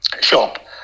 shop